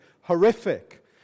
horrific